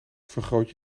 vergroot